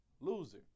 loser